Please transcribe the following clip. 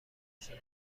نشان